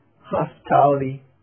Hospitality